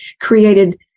created